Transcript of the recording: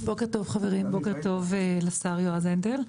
בוקר טוב חברים, בוקר טוב לשר יועז הנדל.